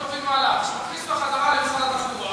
למה שלא תוביל מהלך שמכניס אותה חזרה למשרד התחבורה,